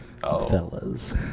fellas